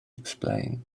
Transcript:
explain